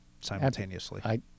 simultaneously